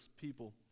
people